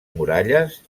muralles